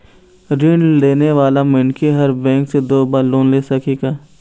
ऋण लेने वाला मनखे हर बैंक से दो बार लोन ले सकही का?